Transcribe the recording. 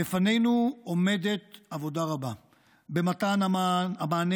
בפנינו עומדת עבודה רבה במתן המענה